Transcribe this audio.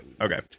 Okay